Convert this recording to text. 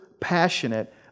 passionate